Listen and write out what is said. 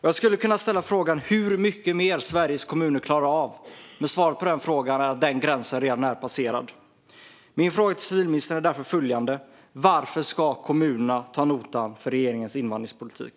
Jag skulle kunna ställa frågan hur mycket mer Sveriges kommuner klarar av, men svaret är att gränsen redan är passerad. Min fråga till civilministern är därför följande: Varför ska kommunerna ta notan för regeringens invandringspolitik?